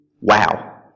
Wow